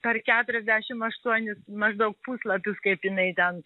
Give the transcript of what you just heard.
per keturiasdešim aštuonis maždaug puslapius kaip jinai ten